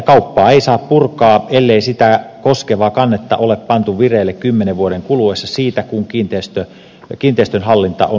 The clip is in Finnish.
kauppaa ei saa purkaa ellei sitä koskevaa kannetta ole pantu vireille kymmenen vuoden kuluessa siitä kun kiinteistön hallinta on luovutettu